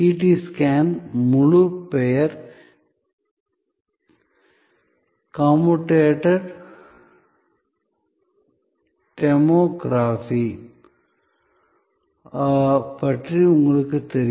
CT scan முழு பெயர் computed tomography பற்றி உங்களுக்குத் தெரியும்